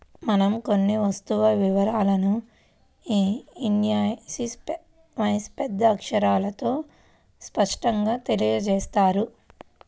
మనం కొన్న వస్తువు వివరాలను ఇన్వాయిస్పై పెద్ద అక్షరాలతో స్పష్టంగా తెలియజేత్తారు